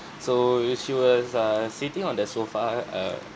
so she was err sitting on the sofa err